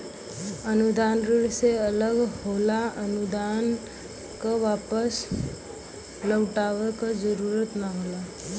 अनुदान ऋण से अलग होला अनुदान क वापस लउटाये क जरुरत ना होला